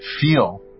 feel